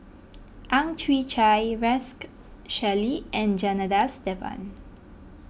Ang Chwee Chai Rex Shelley and Janadas Devan